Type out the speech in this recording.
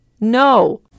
no